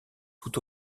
tout